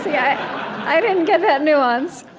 i didn't get that nuance.